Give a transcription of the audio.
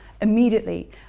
immediately